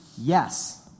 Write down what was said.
yes